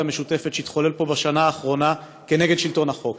המשותפת שהתחולל פה בשנה האחרונה כנגד שלטון החוק.